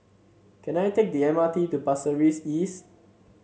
can I take the M R T to Pasir Ris East